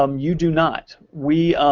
um you do not. we